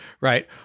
right